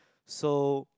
so